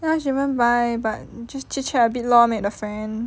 ya she haven't but just chit chat a bit lor made a friend